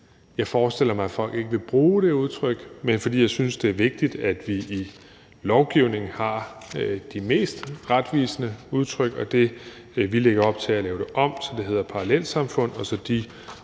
jeg forestiller mig, at folk ikke vil bruge det udtryk, men fordi jeg synes, det er vigtigt, at vi i lovgivningen har de mest retvisende udtryk, og vi lægger op til at lave det om, så det hedder parallelsamfund, og så de